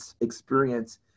experience